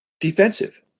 defensive